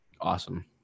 awesome